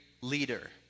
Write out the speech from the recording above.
leader